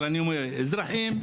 אזרחים,